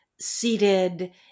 seated